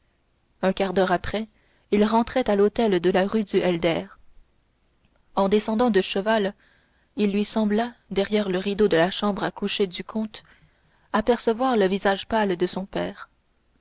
un quart d'heure après il rentrait à l'hôtel de la rue du helder en descendant de cheval il lui sembla derrière le rideau de la chambre à coucher du comte apercevoir le visage pâle de son père